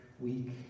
week